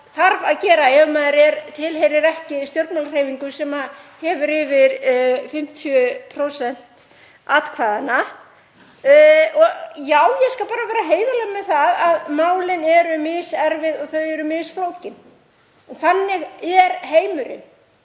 þarf að gera ef maður er tilheyrir ekki stjórnmálahreyfingu sem hefur yfir 50% atkvæðanna. Ég skal bara vera heiðarleg með það að málin eru miserfið og þau eru mörg hver flókin. Þannig er heimurinn,